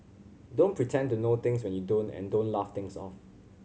don't pretend to know things when you don't and don't laugh things off